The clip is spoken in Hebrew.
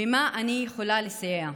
במה אני יכולה לסייע?